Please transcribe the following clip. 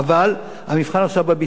אבל המבחן עכשיו הוא בביצוע.